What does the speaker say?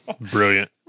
Brilliant